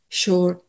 sure